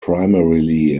primarily